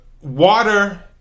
Water